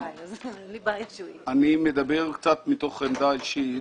היא קונה עור, היא קונה פה, היא קונה שם,